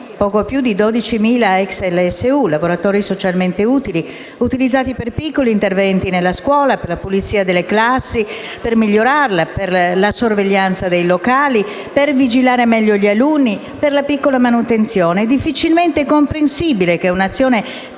poco più di 12.000 ex LSU (lavoratori socialmente utili) utilizzati per piccoli interventi nella scuola, per la pulizia delle classi, la sorveglianza dei locali, per la vigilanza degli alunni e la piccola manutenzione. È difficilmente comprensibile che un'azione